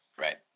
Right